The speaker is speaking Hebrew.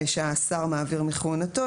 שהשר מעביר מכהונתו.